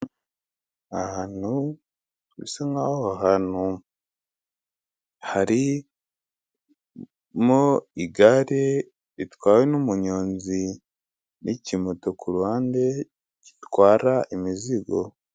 Ahantu, bisa nkaho aho hantu harimo igare ritwawe n'umunyonzi, n'ikimoto kuruhande gitwara imizigo.